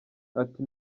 ati